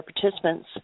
participants